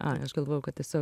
ai aš galvojau kad tiesiog